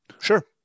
Sure